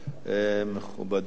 אדוני היושב-ראש, מכובדי